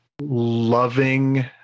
loving